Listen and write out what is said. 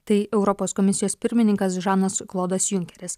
tai europos komisijos pirmininkas žanas klodas junkeris